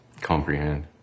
comprehend